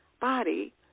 body